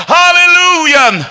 hallelujah